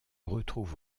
retrouve